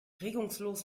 regungslos